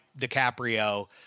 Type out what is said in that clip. DiCaprio